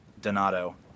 Donato